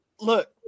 Look